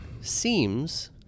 Seems